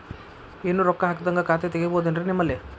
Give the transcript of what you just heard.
ಏನು ರೊಕ್ಕ ಹಾಕದ್ಹಂಗ ಖಾತೆ ತೆಗೇಬಹುದೇನ್ರಿ ನಿಮ್ಮಲ್ಲಿ?